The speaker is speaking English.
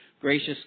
Gracious